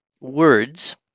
words